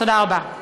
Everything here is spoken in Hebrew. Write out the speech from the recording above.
תודה רבה.